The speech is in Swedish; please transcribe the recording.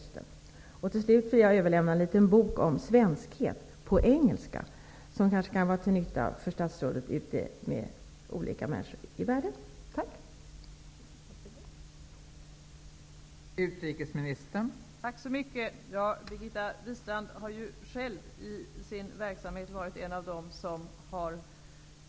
Slutligen vill jag överlämna en liten bok på engelska om svenskhet, vilken kanske kan vara till nytta för statsrådet när hon träffar olika människor ute i världen. Tack.